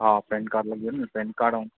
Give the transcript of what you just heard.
हा PAN card लॻंदो न पेन काड ऐं